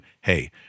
hey